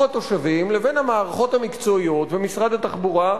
התושבים לבין המערכות המקצועיות ומשרד התחבורה.